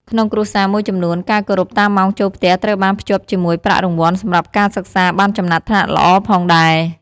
ក្នុងគ្រួសារមួយចំនួន ការគោរពតាមម៉ោងចូលផ្ទះត្រូវបានភ្ជាប់ជាមួយប្រាក់រង្វាន់សម្រាប់ការសិក្សាបានចំណាត់ថ្នាក់ល្អផងដែរ។